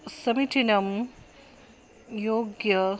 समीचीनं योग्यम्